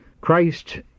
Christ